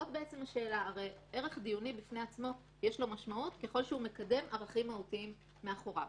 לערך דיוני בפני עצמו יש משמעות ככל שהוא מקדם ערכים מהותיים מאחוריו.